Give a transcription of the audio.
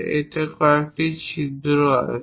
এতে কয়েকটি ছিদ্রও রয়েছে